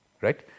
right